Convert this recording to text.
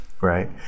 right